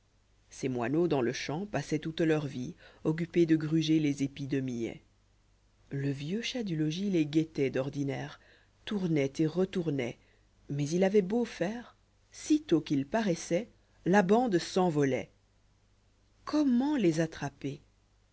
ces moineaux dans le champ passoient toute leur vie occupés de gruger îecépis de millet r le vieux chat du logis les guettait d'ordinaire tournoit et retournolt mais il avoitleau faire htôt qu'il paroissoit la bande s'envoloit comment les attraper